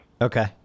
Okay